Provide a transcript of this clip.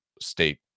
state